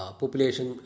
population